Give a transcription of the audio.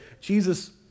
Jesus